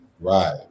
right